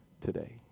today